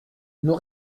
nous